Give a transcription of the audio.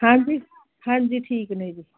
ਹਾਂਜੀ ਹਾਂਜੀ ਠੀਕ ਨੇ ਜੀ